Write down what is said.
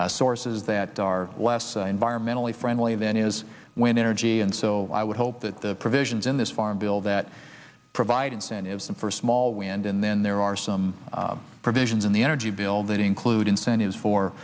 from sources that are less environmentally friendly than is when energy and so i would hope that the provisions in this farm bill that provide incentives for small wind and then there are some provisions in the energy bill that include incentives for